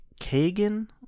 Kagan